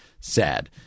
Sad